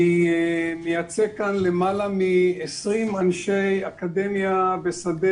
אני מייצג כאן למעלה מ-20 אנשי אקדמיה ושדה